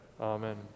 Amen